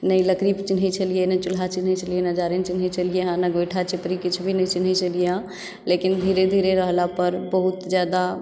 नहि लकड़ी चीन्है छलियै नहि चुल्हा चिन्है छलियै नहि जारनि चिन्है छलियै हँ नहि गोइठा चिपड़ी किछु भी नहि चीन्है छलियै हँ लेकिन धीरे धीरे रहला पर बहुत जादा